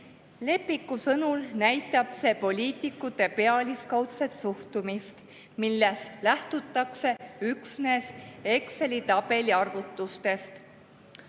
Leppiku sõnul näitab see poliitikute pealiskaudset suhtumist, milles lähtutakse üksnes "Exceli tabeli arvutustest".